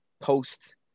post